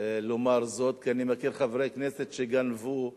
לומר זאת, כי אני מכיר חברי כנסת שגנבו,